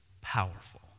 powerful